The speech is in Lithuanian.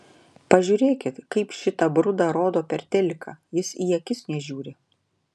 pažiūrėkit kaip šitą brudą rodo per teliką jis į akis nežiūri